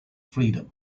freedom